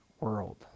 world